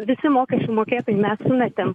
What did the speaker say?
visi mokesčių mokėtojai mes sumetėm